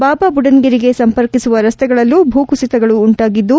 ಬಾಬಾ ಬುಡನ್ಗಿರಿಗೆ ಸಂಪರ್ಕಿಸುವ ರಸ್ತೆಗಳಲ್ಲೂ ಭೂಕುಸಿತಗಳು ಉಂಟಾಗಿದ್ದು